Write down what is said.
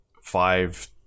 five